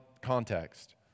context